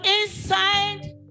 inside